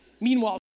Meanwhile